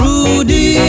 Rudy